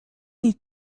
need